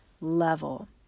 level